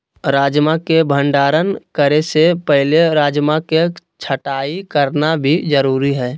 राजमा के भंडारण करे से पहले राजमा के छँटाई करना भी जरुरी हय